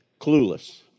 clueless